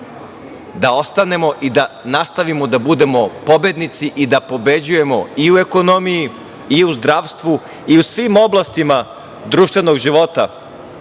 da ostanemo i da nastavimo da budemo pobednici i da pobeđujemo i u ekonomiji i u zdravstvu i u svim oblastima društvenog života